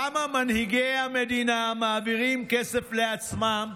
למה מנהיגי המדינה מעבירים כסף לעצמם,